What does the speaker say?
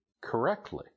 correctly